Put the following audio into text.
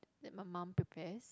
that my mum prepares